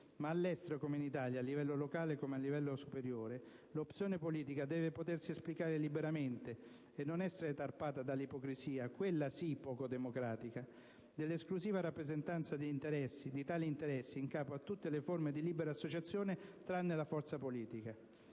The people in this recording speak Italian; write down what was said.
Ma all'estero come in Italia, a livello locale come a livello superiore, l'opzione politica deve potersi esplicare liberamente e non essere tarpata dall'ipocrisia - quella sì, poco democratica - dell'esclusiva rappresentanza di tali interessi in capo a tutte le forme di libera associazione tranne la forza politica.